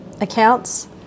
accounts